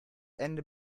ende